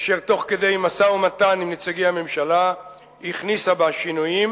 אשר תוך כדי משא-ומתן עם נציגי הממשלה הכניסה בה שינויים,